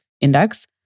index